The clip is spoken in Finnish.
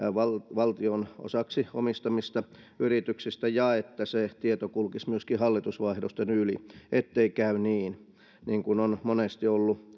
valtion osaksi omistamista yrityksistä ja että se tieto kulkisi myöskin hallitusvaihdosten yli ettei käy niin niin kuin on monesti ollut